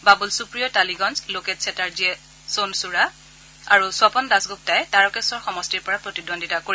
বাবুল সুপ্ৰিয়ই তালিগঞ্জ লোকেট চেটাৰ্জীয়ে সোণচুড়া আৰু স্বপন দাসগুপ্তাই তাৰাকেশ্বৰ সমষ্টিৰ পৰা প্ৰতিদ্বন্দ্বিতা কৰিব